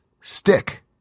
stick